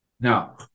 Now